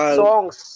songs